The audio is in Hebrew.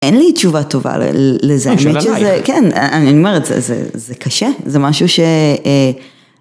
אין לי תשובה טובה לזה, אני אומרת זה קשה, זה משהו ש...